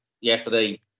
yesterday